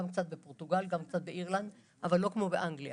בפורטוגל ובאירלנד אבל לא כמו באנגליה